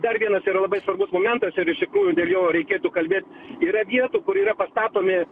dar vienas yra labai svarbus momentas ir iš tikrųjų dėl jo reikėtų kalbėt yra vietų kur yra pastatomi